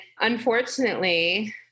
unfortunately